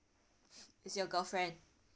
is your girlfriend